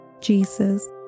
Jesus